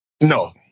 no